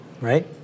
Right